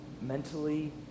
mentally